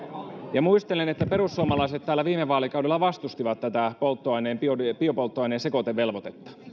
ja muistelen että perussuomalaiset täällä viime kaudella vastustivat tätä biopolttoaineen sekoitevelvoitetta